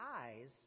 eyes